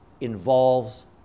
involves